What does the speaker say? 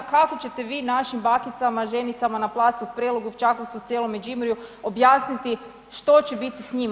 Kako ćete vi našim bakicama, ženicama na placu u Prelogu, Čakovcu, cijelom Međimurju objasniti što će biti s njima?